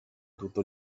tutto